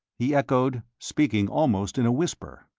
he echoed, speaking almost in a whisper.